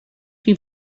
chi